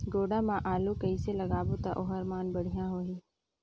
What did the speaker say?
गोडा मा आलू ला कइसे लगाबो ता ओहार मान बेडिया होही?